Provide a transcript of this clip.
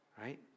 right